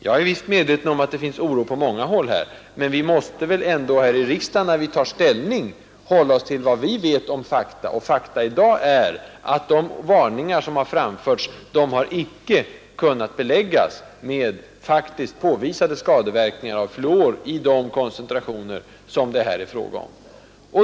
Jag är visst medveten om att många är oroliga, men vi måste väl ändå här i riksdagen, när vi tar ställning, hålla oss till vad vi vet om fakta. Och fakta i dag är, att de varningar som har framförts icke kunnat beläggas med faktiskt påvisade skadeverkningar av fluor i de koncentrationer som det är fråga om.